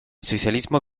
socialismo